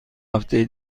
هفته